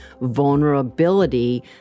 vulnerability